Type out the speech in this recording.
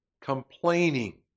complaining